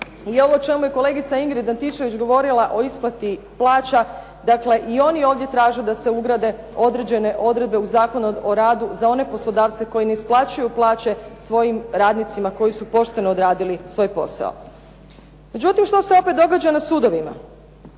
i ovo o čemu je kolegica Ingrid Antičević govorila o isplati plaća. Dakle, i oni ovdje traže da se ugrade određene odredbe u Zakonu o radu za one poslodavce koji ne isplaćuju plaće svojim radnicima koji su pošteno odradili svoj posao. Međutim, što se opet događa na sudovima?